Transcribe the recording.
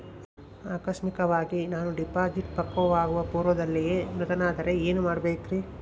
ಆಕಸ್ಮಿಕವಾಗಿ ನಾನು ಡಿಪಾಸಿಟ್ ಪಕ್ವವಾಗುವ ಪೂರ್ವದಲ್ಲಿಯೇ ಮೃತನಾದರೆ ಏನು ಮಾಡಬೇಕ್ರಿ?